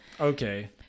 Okay